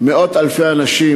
מאות-אלפי אנשים?